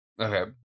Okay